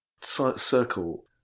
circle